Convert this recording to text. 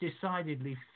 decidedly